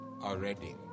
already